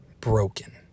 broken